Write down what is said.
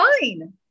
fine